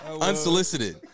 Unsolicited